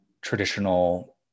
traditional